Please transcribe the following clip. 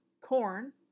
corn